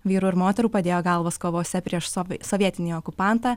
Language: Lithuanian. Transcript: vyrų ir moterų padėjo galvas kovose prieš sovi sovietinį okupantą